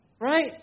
Right